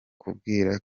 kubwira